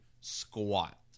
squat